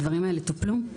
הדברים הללו טופלו?